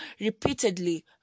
repeatedly